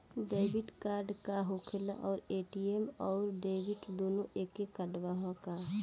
Debit card का होखेला और ए.टी.एम आउर डेबिट दुनों एके कार्डवा ह का?